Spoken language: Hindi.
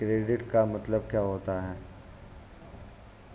क्रेडिट का मतलब क्या होता है?